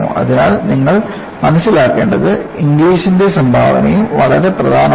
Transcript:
അതിനാൽ നിങ്ങൾ മനസ്സിലാക്കേണ്ടത് ഇംഗ്ലിസിന്റെ സംഭാവനയും വളരെ പ്രധാനമാണ്